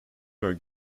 were